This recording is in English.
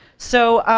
so,